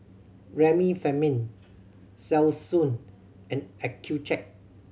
Remifemin Selsun and Accucheck